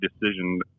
decision